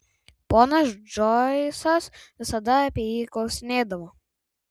ponas džoisas visada apie jį klausinėdavo